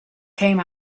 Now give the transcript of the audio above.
came